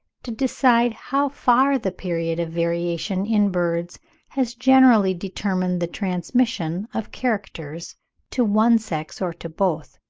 to decide how far the period of variation in birds has generally determined the transmission of characters to one sex or to both.